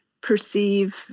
perceive